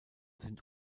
sind